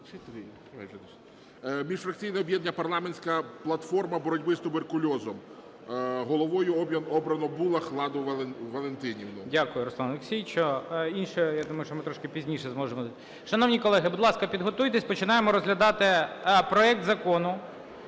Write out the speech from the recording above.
Міжфракційне об'єднання "Парламентська платформа боротьби з туберкульозом". Головою обрано Булах Ладу Валентинівну. 12:39:53 ГОЛОВУЮЧИЙ. Дякую, Руслане Олексійовичу. Інше, я думаю, що ми трошки пізніше зможемо… Шановні колеги, будь ласка, підготуйтесь, починаємо розглядати проект Закону,